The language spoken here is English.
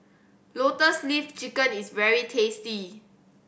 Lotus Leaf Chicken is very tasty